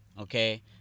okay